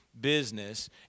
business